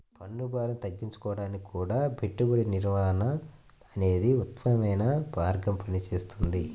పన్నుభారం తగ్గించుకోడానికి గూడా పెట్టుబడి నిర్వహణ అనేదే ఉత్తమమైన మార్గంగా పనిచేస్తది